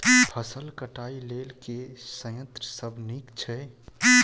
फसल कटाई लेल केँ संयंत्र सब नीक छै?